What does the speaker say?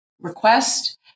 request